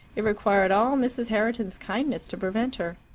it required all mrs. herriton's kindness to prevent her.